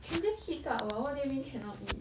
can just heat up [what] what do you mean cannot eat